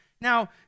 Now